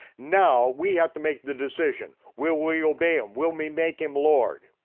now we have to make the decision. will we obey him, will we make him lord?